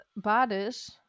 Badish